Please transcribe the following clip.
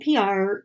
PR